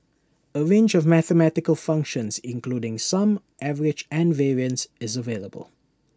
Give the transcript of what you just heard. A range of mathematical functions including sum average and variance is available